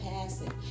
passing